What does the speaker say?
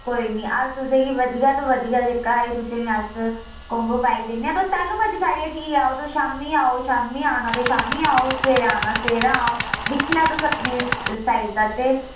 कोई निं अस तुसें गी बधिया तों बधिया जेह्का एह् तुसें ई अस कोम्बो पाई दिन्ने आं तुस तैह्ल्लूं मरजी साड़ी हट्टिये ई आओ शामीं आओ शामीं औना ते शामीं आओ सबेरे आना सबेरै आओ दिक्खी लैओ तुस अपनी साईड दा ते